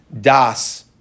das